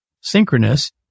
synchronous